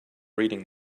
reading